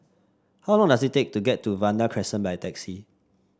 how long does it take to get to Vanda Crescent by taxi